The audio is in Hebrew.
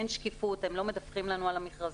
אין שקיפות, הם לא מדווחים לנו על המכרזים.